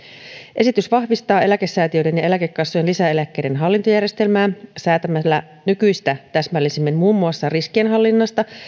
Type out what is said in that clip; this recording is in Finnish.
esitys vahvistaa eläkesäätiöiden ja eläkekassojen lisäeläkkeiden hallintojärjestelmää säätämällä nykyistä täsmällisemmin muun muassa riskienhallinnasta